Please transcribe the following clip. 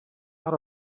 out